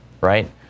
right